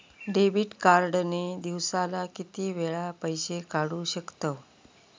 Debit card ने दिवसाला किती वेळा पैसे काढू शकतव?